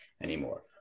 anymore